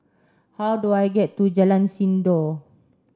how do I get to Jalan Sindor